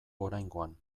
oraingoan